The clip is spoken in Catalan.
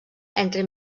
entre